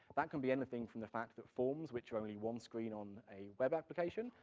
that can be anything from the fact that forms, which are only one screen on a web application,